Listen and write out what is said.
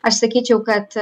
aš sakyčiau kad